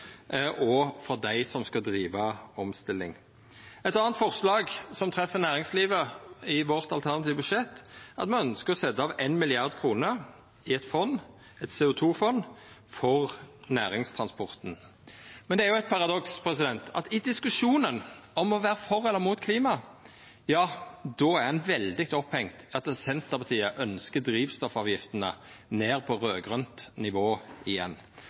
og for dei som skal driva omstilling. Eit anna forslag som treffer næringslivet i vårt alternative budsjett, er at me ønskjer å setja av 1 mrd. kr i eit CO 2 -fond for næringstransporten. Men det er jo eit paradoks at i diskusjonen om å vera for eller imot klima, er ein veldig opphengt i at Senterpartiet ønskjer drivstoffavgiftene ned på raud-grønt nivå igjen.